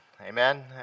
amen